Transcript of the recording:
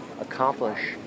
accomplish